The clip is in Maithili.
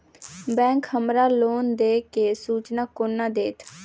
बैंक हमरा लोन देय केँ सूचना कोना देतय?